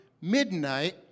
midnight